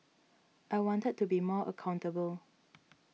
I wanted to be more accountable